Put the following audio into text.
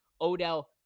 Odell